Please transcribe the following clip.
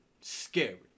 Scary